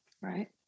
right